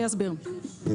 אני מסבירה.